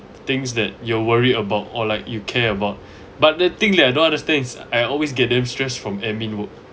things that you're worried about or like you care about but the thing leh I don't understand is I always get damn stressed from admin work